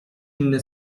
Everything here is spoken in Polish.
inny